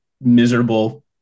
miserable